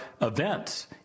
events